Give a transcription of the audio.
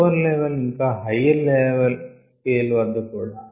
lower level ఇంకా higher scale వద్ద కూడా